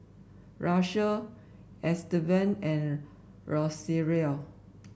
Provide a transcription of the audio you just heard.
Russel Estevan and Rosario